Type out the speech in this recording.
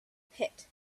pit